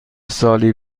سالی